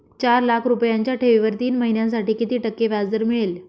चार लाख रुपयांच्या ठेवीवर तीन महिन्यांसाठी किती टक्के व्याजदर मिळेल?